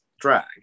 drag